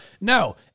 No